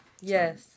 Yes